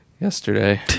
Yesterday